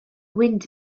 wind